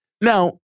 now